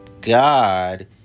God